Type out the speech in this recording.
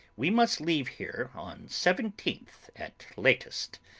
we must leave here on seventeenth at latest.